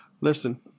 listen